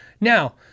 now